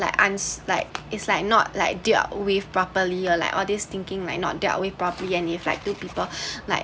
like ans~ like is like not like dealt with properly or like all these thinking like not dealt with properly and if like do people like